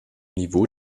niveau